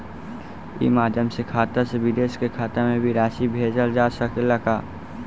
ई माध्यम से खाता से विदेश के खाता में भी राशि भेजल जा सकेला का?